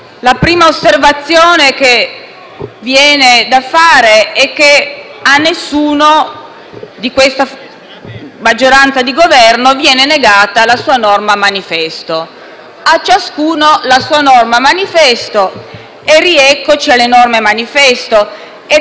la prima osservazione che sorge è che a nessuno di questa maggioranza di Governo viene negata la sua norma manifesto. A ciascuno la sua ed eccoci di nuovo alle norme manifesto.